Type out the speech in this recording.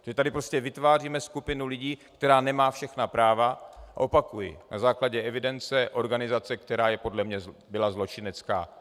Že tady prostě vytváříme skupinu lidí, která nemá všechna práva a opakuji, na základě evidence organizace, která podle mě byla zločinecká.